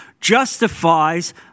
justifies